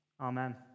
Amen